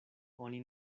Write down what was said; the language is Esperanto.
oni